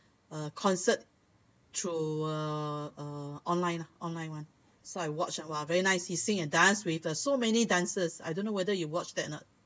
a concert through uh online lah online [one] so I watched !wah! very nice he sang and danced with uh so many dancers I don't know whether you watched that or not